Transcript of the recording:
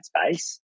space